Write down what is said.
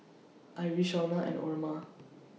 Iris and Oma